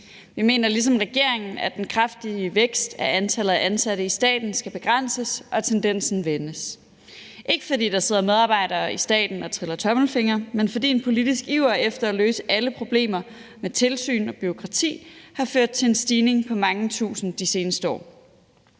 Vi mener ligesom regeringen, at den kraftige vækst af antallet af ansatte i staten skal begrænses og tendensen vendes. Ikke fordi der sidder medarbejdere i staten og triller tommelfingre, men fordi en politisk iver efter at løse alle problemer med tilsyn og bureaukrati har ført til en stigning på mange tusind de seneste år.